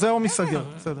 זה ייסגר היום.